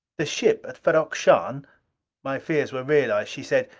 the ship at ferrok-shahn my fears were realized. she said,